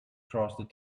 crossed